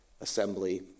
assembly